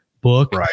book